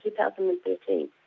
2013